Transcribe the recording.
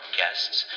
guests